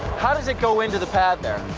how does it go into the pad, there?